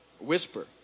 whisper